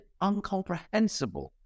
uncomprehensible